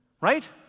Right